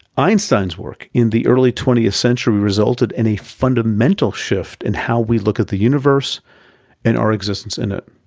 einstein's work in the early twentieth century resulted in a fundamental shift in how we look at the universe and our existence in it.